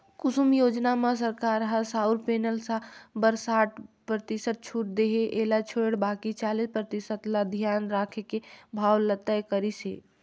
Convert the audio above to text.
कुसुम योजना म सरकार ह सउर पेनल बर साठ परतिसत छूट देथे एला छोयड़ बाकि चालीस परतिसत ल धियान राखके भाव ल तय करिस हे